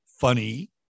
funny